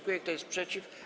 Kto jest przeciw?